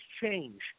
change